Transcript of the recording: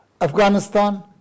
Afghanistan